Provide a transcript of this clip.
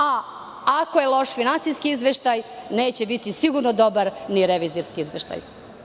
Ako je loš finansijski izveštaj, neće biti sigurno dobar ni revizorski izveštaj.